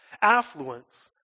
affluence